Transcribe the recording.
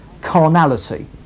carnality